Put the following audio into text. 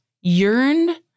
yearned